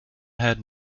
had